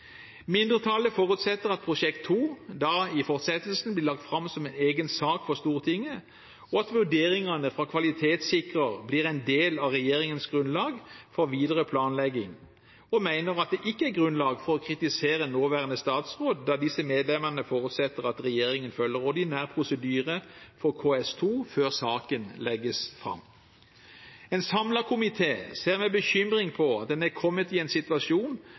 Mindretallet forutsetter at Prosjekt 2 i fortsettelsen blir lagt fram som en egen sak for Stortinget, og at vurderingene fra kvalitetssikrer blir en del av regjeringens grunnlag for videre planlegging, og mener at det ikke er grunnlag for å kritisere nåværende statsråd, da disse medlemmene forutsetter at regjeringen følger ordinær prosedyre for KS2 før saken legges fram. En samlet komité ser med bekymring på at en er kommet i en situasjon